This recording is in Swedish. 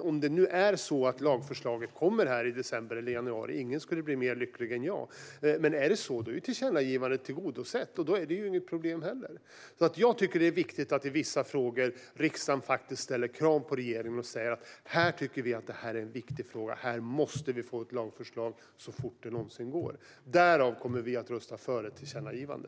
Om det nu är så att lagförslaget kommer i december eller januari - ingen skulle bli mer lycklig än jag - är tillkännagivandet tillgodosett, och då är det inget problem. Jag tycker att det är viktigt att riksdagen i vissa frågor ställer krav på regeringen och säger: Det här tycker vi är en viktig fråga. Här måste vi få ett lagförslag så fort det någonsin går. Därför kommer vi att rösta för ett tillkännagivande.